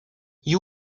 you